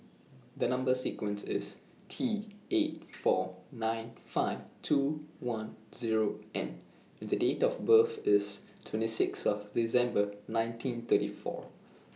The Number sequence IS T eight four nine five two one Zero N and Date of birth IS twenty six of December nineteen thirty four